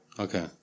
Okay